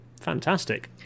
Fantastic